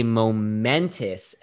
momentous